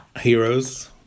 Heroes